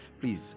please